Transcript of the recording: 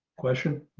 question.